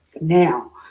now